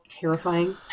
terrifying